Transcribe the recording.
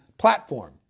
platform